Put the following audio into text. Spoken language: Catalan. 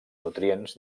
nutrients